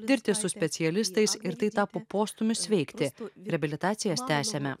dirbti su specialistais ir tai tapo postūmiu sveikti reabilitacijas tęsiame